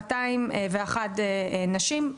201 נשים.